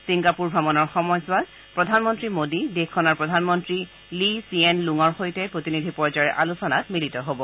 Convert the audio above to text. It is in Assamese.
ছিংগাপুৰ অমণৰ সময়ছোৱাত প্ৰধানমন্ত্ৰী মোদী দেশখনৰ প্ৰধানমন্ত্ৰী লি ছিয়েন লুঙৰ সৈতে প্ৰতিনিধি পৰ্যায়ৰ আলোচনাত মিলিত হ'ব